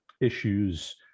issues